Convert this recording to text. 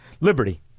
liberty